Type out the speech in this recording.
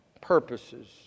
purposes